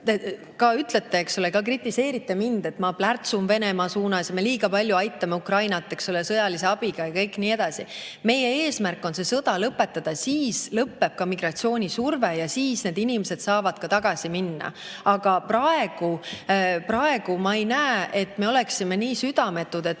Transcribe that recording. Te ütlete, eks ole, kritiseerite mind, et ma plärtsun Venemaa suunas ja me liiga palju aitame Ukrainat sõjalise abiga ja nii edasi. Meie eesmärk on see sõda lõpetada, siis lõpeb ka migratsioonisurve ja siis need inimesed saavad ka tagasi minna. Aga praegu ma ei näe, et me [saaksime olla] nii südametud, et